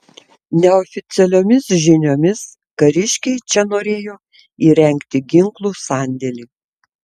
neoficialiomis žiniomis kariškiai čia norėjo įrengti ginklų sandėlį